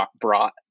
brought